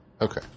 Okay